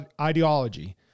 ideology